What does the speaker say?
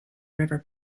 river